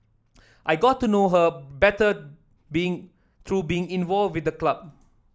I got to know her better being through being involved with the club